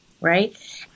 right